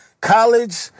College